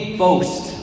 boast